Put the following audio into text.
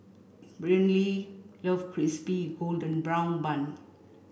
Brynlee love Crispy Golden Brown Bun